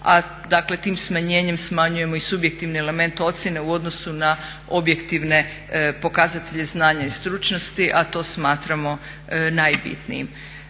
tim smanjenjem smanjujemo i subjektivni element ocjene u odnosu na objektivne pokazatelje znanja i stručnosti a to smatramo najbitnijim.